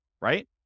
right